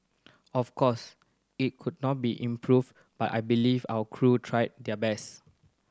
of course it could not be improved but I believe our crew tried their best